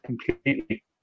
completely